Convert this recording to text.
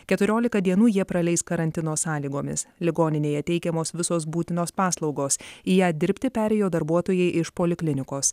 keturiolika dienų jie praleis karantino sąlygomis ligoninėje teikiamos visos būtinos paslaugos į ją dirbti perėjo darbuotojai iš poliklinikos